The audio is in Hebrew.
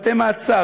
בתי-מעצר,